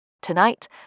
Tonight